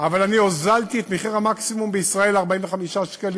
אבל אני הוזלתי את מחיר המקסימום בישראל ל-45 שקלים,